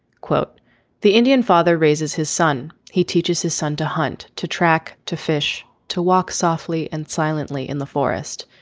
quote the indian father raises his son. he teaches his son to hunt to track to fish to walk softly and silently in the forest.